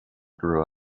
grew